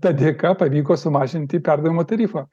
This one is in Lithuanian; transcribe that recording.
ta dėka pavyko sumažinti perdavimo tarifą